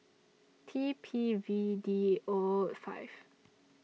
T P V D O five